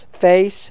face